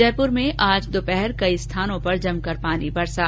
जयपुर में आज दोपहर में कई स्थानों पर जमकर पानी बरसा